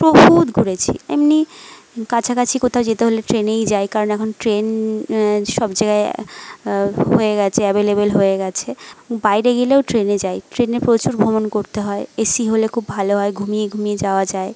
বহুত ঘুরেছি এমনি কাছাকাছি কোথাও যেতে হলে ট্রেনেই যাই কারণ এখন ট্রেন সব জায়গায় হয়ে গেছে অ্যাভেলেবল হয়ে গেছে বাইরে গেলেও ট্রেনে যাই ট্রেনে প্রচুর ভ্রমণ করতে হয় এ সি হলে খুব ভালো হয় ঘুমিয়ে ঘুমিয়ে যাওয়া যায়